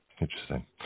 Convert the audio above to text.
Interesting